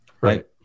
right